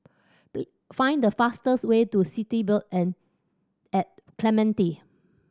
find the fastest way to City at Clementi